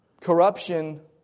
corruption